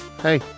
Hey